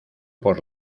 por